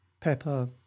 Pepper